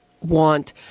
want